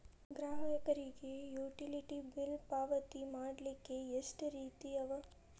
ಗ್ರಾಹಕರಿಗೆ utility bill ಪಾವತಿ ಮಾಡ್ಲಿಕ್ಕೆ ಎಷ್ಟ ರೇತಿ ಅವ?